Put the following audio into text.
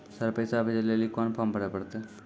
Sir पैसा भेजै लेली कोन फॉर्म भरे परतै?